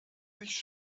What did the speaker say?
nicht